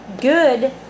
good